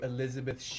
Elizabeth